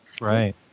Right